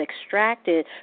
extracted